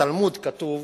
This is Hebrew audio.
שבתלמוד כתוב